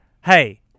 Hey